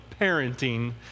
parenting